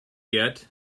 yet